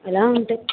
అలా ఉంటాయి